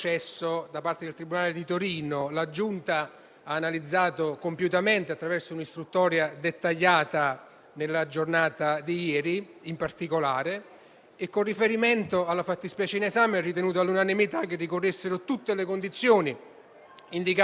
Il principio della separazione dei poteri costituisce un postulato fondamentale di uno Stato democratico e presuppone, fin dai tempi dell'Illuminismo, una reciproca autonomia dei vari poteri: di quello legislativo, del quale interprete esclusivo è il Parlamento, di quello esecutivo ed infine di quello giudiziario.